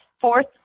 fourth